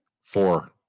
four